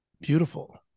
beautiful